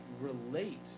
relate